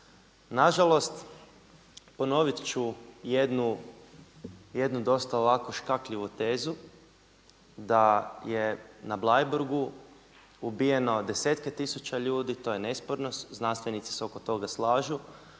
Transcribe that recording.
Na žalost ponovit ću jednu dosta ovako škakljivu tezu da je na Bleiburgu ubijeno desetke tisuća ljudi, to je nesporno. Znanstvenici se oko toga slažu.